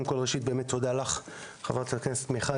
תודה לך חברת הכנסת מיכל,